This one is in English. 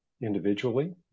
individually